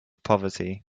poverty